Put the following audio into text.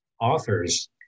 authors